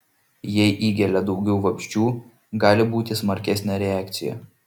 jei įgelia daugiau vabzdžių gali būti smarkesnė reakcija